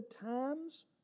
times